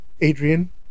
Adrian